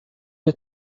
you